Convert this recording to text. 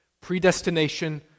predestination